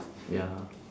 ya